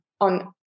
on